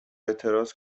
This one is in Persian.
اعتراض